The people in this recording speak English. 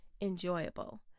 enjoyable